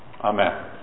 Amen